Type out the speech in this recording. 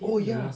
oh ya